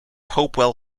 hopewell